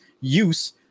use